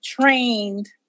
trained